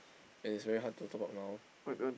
and it's very hard to top up now